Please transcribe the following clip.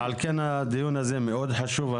על כן הדיון הזה מאוד חשוב.